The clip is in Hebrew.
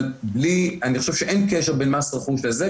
אבל אני חושב שאין קשר בין מס רכוש לזה.